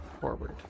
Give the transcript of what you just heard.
forward